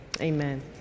amen